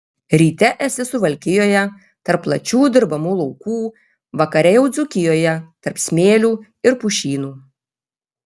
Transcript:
ryte esi suvalkijoje tarp plačių dirbamų laukų vakare jau dzūkijoje tarp smėlių ir pušynų